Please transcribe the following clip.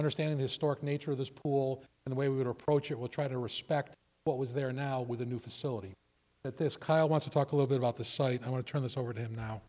understanding historic nature of this pool and the way we would approach it will try to respect what was there now with a new facility that this kyle want to talk a little bit about the site i want to turn this over to him now